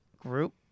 group